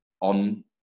on